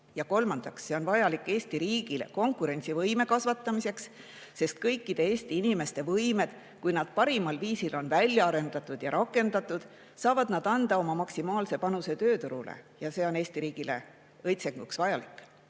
Ja kolmandaks on see vajalik Eesti riigi konkurentsivõime kasvatamiseks, sest kui kõikide Eesti inimeste võimed on parimal viisil välja arendatud ja rakendatud, saavad nad anda oma maksimaalse panuse tööturul ja see on Eesti riigile õitsenguks vajalik.